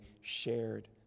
shared